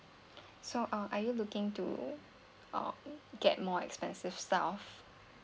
so uh are you looking to um get more expensive stuff